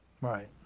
Right